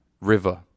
river